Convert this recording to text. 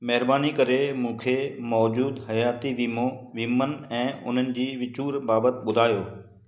महिरबानी करे मूंखे मौजूदु हयाती वीमो वीमनि ऐं उन्हनि जी विचूर बाबति ॿुधायो